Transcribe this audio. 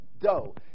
dough